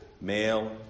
Male